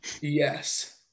Yes